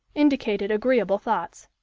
indicated agreeable thoughts.